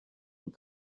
and